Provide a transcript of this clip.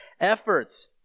efforts